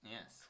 Yes